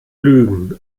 lügen